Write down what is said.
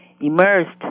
immersed